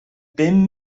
bum